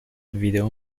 ویدئو